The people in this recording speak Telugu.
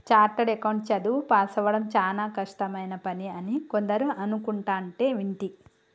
చార్టెడ్ అకౌంట్ చదువు పాసవ్వడం చానా కష్టమైన పని అని కొందరు అనుకుంటంటే వింటి